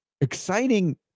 exciting